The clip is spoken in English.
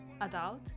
adult